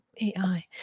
AI